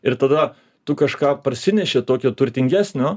ir tada tu kažką parsineši tokio turtingesnio